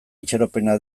itxaropena